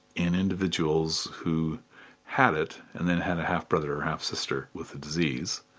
in individuals who had it, and then had a half-brother or half-sister with the disease,